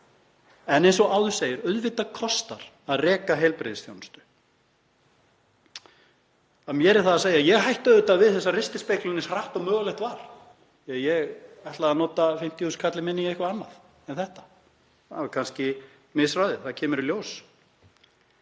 En, eins og áður segir, auðvitað kostar að reka heilbrigðisþjónustu. Af mér er það að segja að ég hætti auðvitað við þessa ristilspeglun eins hratt og mögulegt var. Ég ætlaði að nota 50.000 kallinn minn í eitthvað annað. Það er kannski misráðið, það kemur í ljós.